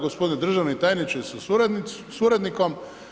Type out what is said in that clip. Gospodine državni tajniče sa suradnikom.